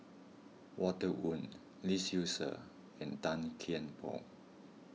Walter Woon Lee Seow Ser and Tan Kian Por